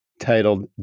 titled